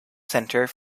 centre